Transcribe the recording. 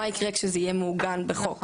מה יקרה כשזה יהיה מעוגן בחוק?